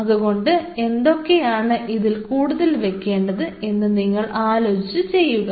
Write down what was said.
അതുകൊണ്ട് എന്തൊക്കെയാണ് ഇതിൽ കൂടുതൽ വെക്കേണ്ടത് എന്ന് നിങ്ങൾ ആലോചിച്ച് ചെയ്യുക